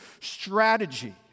strategy